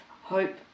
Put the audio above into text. hope